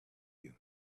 you